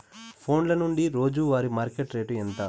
ఫోన్ల నుండి రోజు వారి మార్కెట్ రేటు ఎంత?